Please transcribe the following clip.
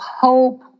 hope